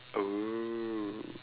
oh